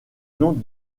nom